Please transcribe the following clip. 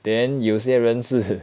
then 有些人是